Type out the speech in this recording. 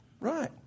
Right